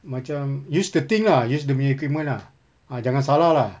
macam use the thing lah use dia punya equipment lah ah jangan salah lah